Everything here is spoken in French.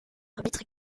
arbitre